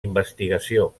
investigació